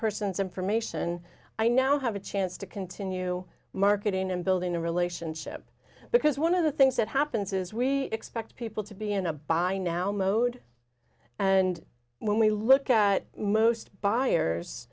person's information i now have a chance to continue marketing and building a relationship because one of the things that happens is we expect people to be in a buying now mode and when we look at most buyers